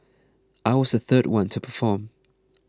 I was the third one to perform